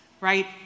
right